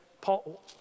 Paul